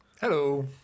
Hello